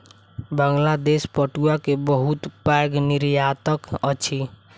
बांग्लादेश पटुआ के बहुत पैघ निर्यातक अछि